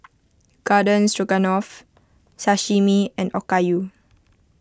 Garden Stroganoff Sashimi and Okayu